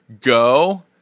Go